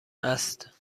است